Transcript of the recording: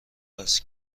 است